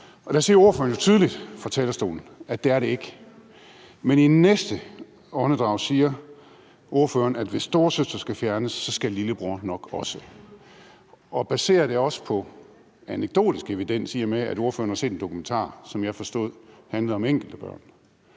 Der siger ordføreren jo tydeligt fra talerstolen, at det er det ikke. Men i næste åndedrag siger ordføreren, at hvis storesøster skal fjernes, skal lillebror nok også, og ordføreren baserer det også på anekdotisk evidens, i og med at ordføreren har set en dokumentarudsendelse, som jeg forstod handlede om enkelte børn.